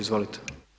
Izvolite.